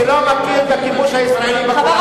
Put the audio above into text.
שלא מכיר בכיבוש הישראלי בגולן.